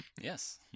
Yes